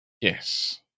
Yes